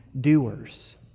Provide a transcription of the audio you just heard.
doers